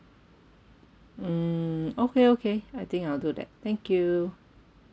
mm okay okay I think I'll do that thank you